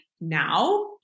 now